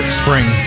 spring